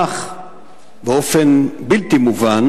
אך באופן בלתי מובן,